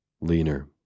leaner